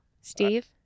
Steve